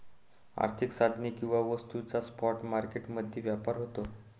आर्थिक साधने किंवा वस्तूंचा स्पॉट मार्केट मध्ये व्यापार होतो